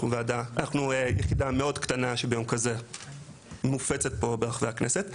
אנחנו יחידה מאוד קטנה שביום כזה מופצת פה ברחבי הכנסת.